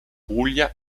puglia